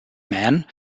man